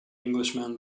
englishman